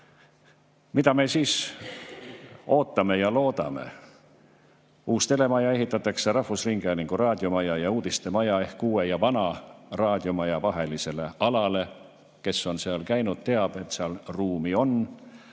Mida me siis ootame ja loodame? Uus telemaja ehitatakse rahvusringhäälingu raadiomaja ja uudistemaja ehk uue ja vana raadiomaja vahelisele alale. Kes on seal käinud, teab, et seal ruumi on.